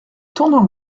tournant